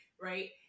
right